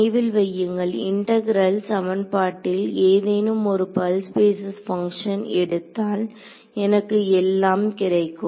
நினைவில் வையுங்கள் இண்டெகரல் சமன்பாட்டில் ஏதேனும் ஒரு பல்ஸ் பேஸிஸ் பங்க்ஷன் எடுத்தால் எனக்கு எல்லாம் கிடைக்கும்